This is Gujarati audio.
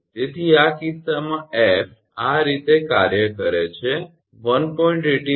તેથી આ કિસ્સામાં 𝐹 આ રીતે કાર્ય કરે છે 1